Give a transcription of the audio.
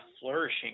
flourishing